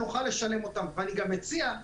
אני גם מציע,